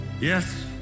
Yes